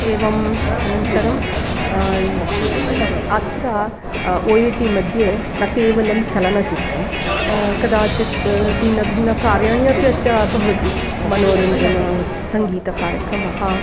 एवम् अनन्तरम् अत्र ओइटिमध्ये न केवलं चलनचित्रं कदाचित् भिन्न भिन्न कार्याणि अपि अत्र भवति मनोरञ्जनसङ्गीतकार्यक्रमः